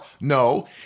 No